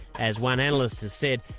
as one analyst has said,